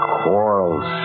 quarrels